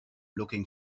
looking